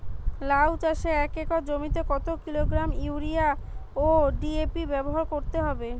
লাউ চাষে এক একর জমিতে কত কিলোগ্রাম ইউরিয়া ও ডি.এ.পি ব্যবহার করতে হবে?